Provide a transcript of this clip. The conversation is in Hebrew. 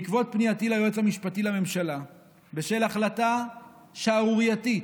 בעקבות פנייתי ליועץ המשפטי לממשלה בשל החלטה שערורייתית